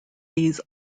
these